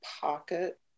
pocket